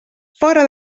fora